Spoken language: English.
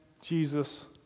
Jesus